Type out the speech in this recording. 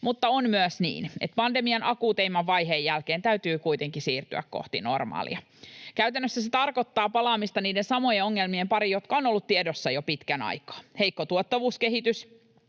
On myös niin, että pandemian akuuteimman vaiheen jälkeen täytyy kuitenkin siirtyä kohti normaalia. Käytännössä se tarkoittaa palaamista niiden samojen ongelmien pariin, jotka ovat olleet tiedossa jo pitkän aikaa. Heikko tuottavuuskehitys